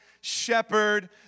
shepherd